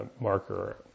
marker